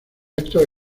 estos